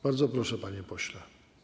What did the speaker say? Bardzo proszę, panie pośle.